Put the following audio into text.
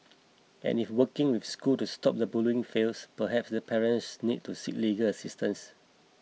and if working with the school to stop the bullying fails perhaps these parents need to seek legal assistance